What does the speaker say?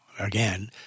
Again